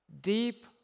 deep